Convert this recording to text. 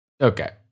Okay